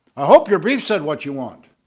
i hope your brief said what you want,